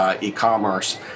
e-commerce